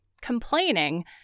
complaining